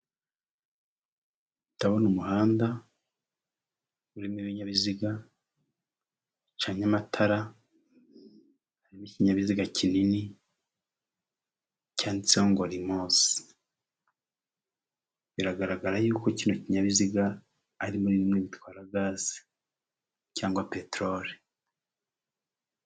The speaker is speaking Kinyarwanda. Ndabona umuhanda urimo ibinyabiziga bicanye amatara, harimo ikinkinyabiziga kinini cyanditseho ngo rimosi biragaragara yuko kino kinyabiziga ari muri bimwe bitwara gaze cyangwa peteroli.